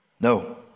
No